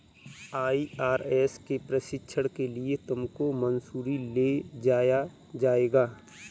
IRS के प्रशिक्षण के लिए तुमको मसूरी ले जाया जाएगा